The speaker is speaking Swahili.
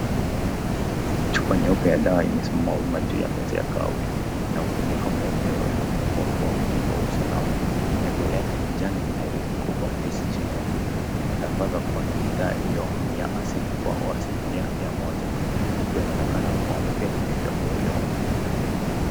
Chupa nyeupe ya dawa imesimama wima wima juu ya meza ya kahawia, ina ufuniko mweupe unaofunguwa kwa utaratibu wa usalama, nembo yake refu ina kijani kubwa sgm, inatangazwa kuwa bidhaa hiyo ni asili kwa asilimia mia moja, chupa inaonekana kuwa mpya na haijafunguliwa.